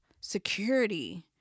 Security